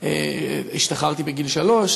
השתחררתי בגיל שלוש,